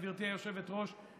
גברתי היושבת-ראש,